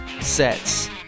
sets